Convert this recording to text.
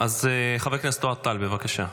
חבר הכנסת אוהד טל, בבקשה.